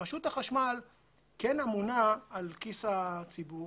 רשות החשמל אמונה על כיס הציבור